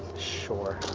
sure.